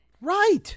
Right